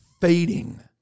fading